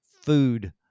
food